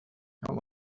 how